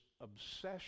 obsession